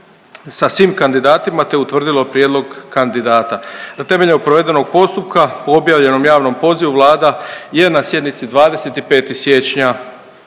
sa svim kandidatima te utvrdilo prijedlog kandidata. Na temelju provedenog postupka po objavljenom javnom pozivu Vlada je na sjednici 25. siječnja